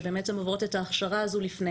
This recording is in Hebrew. שהן עוברות את ההכשרה הזו לפני,